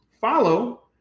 follow